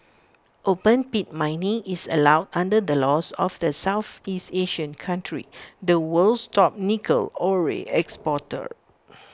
open pit mining is allowed under the laws of the Southeast Asian country the world's top nickel ore exporter